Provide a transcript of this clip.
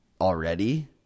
already